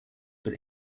but